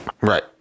right